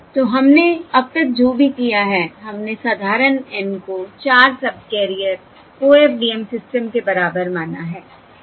तो हमने अब तक जो भी किया है हमने साधारण N को 4 सबकैरियर OFDM सिस्टम के बराबर माना है